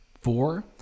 Four